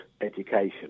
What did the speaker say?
education